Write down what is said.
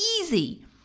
easy